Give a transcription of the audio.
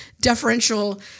deferential